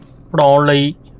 ਪੜ੍ਹਾਉਣ ਲਈ